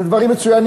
אלה דברים מצוינים,